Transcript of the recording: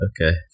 Okay